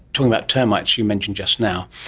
talking about termites you mentioned just now,